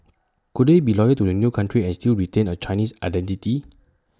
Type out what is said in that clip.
could they be loyal to A new country and still retain A Chinese identity